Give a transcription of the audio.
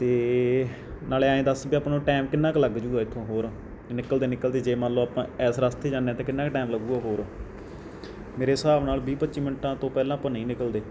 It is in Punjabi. ਅਤੇ ਨਾਲੇ ਆਏਂ ਦੱਸ ਵੀ ਆਪਾਂ ਨੂੰ ਟੈਮ ਕਿੰਨਾ ਕੁ ਲੱਗਜੂਗਾ ਇੱਥੋਂ ਹੋਰ ਨਿਕਲਦੇ ਨਿਕਲਦੇ ਜੇ ਮੰਨ ਲਓ ਆਪਾਂ ਇਸ ਰਸਤੇ ਜਾਂਦੇ ਹਾਂ ਤਾਂ ਕਿੰਨਾ ਕੁ ਟੈਮ ਲੱਗੂਗਾ ਹੋਰ ਮੇਰੇ ਹਿਸਾਬ ਨਾਲ ਵੀਹ ਪੱਚੀ ਮਿੰਟਾਂ ਤੋਂ ਪਹਿਲਾਂ ਆਪਾਂ ਨਹੀਂ ਨਿਕਲਦੇ